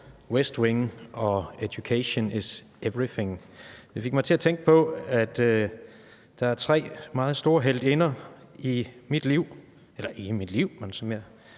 West Wing« og udtrykket education is everything. Det fik mig til at tænke på, at der er tre meget store heltinder i mit liv – eller måske ikke i mit liv, men så